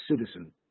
citizen